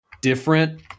different